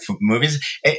movies